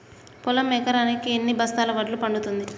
పొలం ఎకరాకి ఎన్ని బస్తాల వడ్లు పండుతుంది?